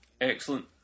Excellent